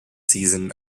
season